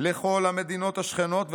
לכל המדינות השכנות ועמיהן,